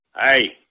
Hey